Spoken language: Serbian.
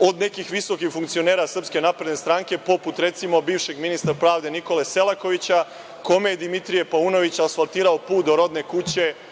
od nekih visokih funkcionera SNS poput recimo, bivšeg ministra pravde Nikole Selakovića, kome je Dimitrije Paunović asfaltirao put do rodne kuće